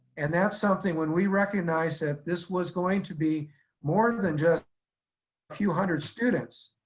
and that's something when we recognize that this was going to be more than just a few hundred students,